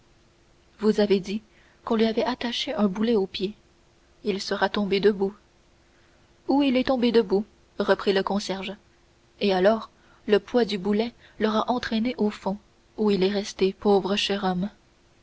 vous avez dit qu'on lui avait attaché un boulet aux pieds il sera tombé debout ou il est tombé debout reprit le concierge et alors le poids du boulet l'aura entraîné au fond où il est resté pauvre cher homme